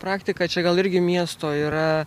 praktika čia gal irgi miesto yra